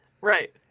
Right